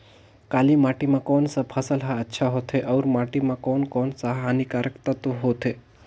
काली माटी मां कोन सा फसल ह अच्छा होथे अउर माटी म कोन कोन स हानिकारक तत्व होथे?